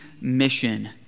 mission